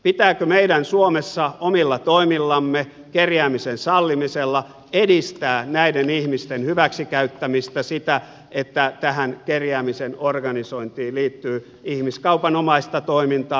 pitääkö meidän suomessa omilla toimillamme kerjäämisen sallimisella edistää näiden ihmisten hyväksi käyttämistä sitä että tähän kerjäämisen organisointiin liittyy ihmiskaupanomaista toimintaa